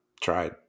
tried